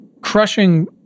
crushing